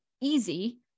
easy